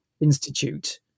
institute